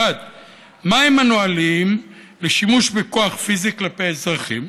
1. מהם הנהלים לשימוש בכוח פיזי כלפי אזרחים?